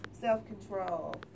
self-control